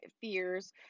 fears